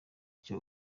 nicyo